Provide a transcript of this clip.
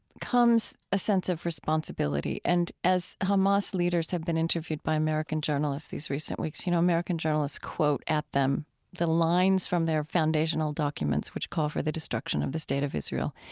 comes a sense of responsibility. and as hamas leaders have been interviewed by american journalists these recent weeks, you know, american journalists quote at them the lines from their foundational documents, which call for the destruction of the state of israel